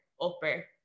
upper